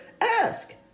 ask